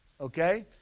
okay